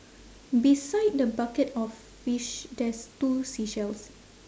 beside the bucket of fish there's two seashells